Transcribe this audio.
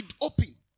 open